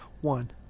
one